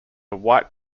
white